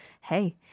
Hey